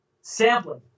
sampling